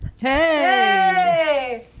hey